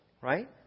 right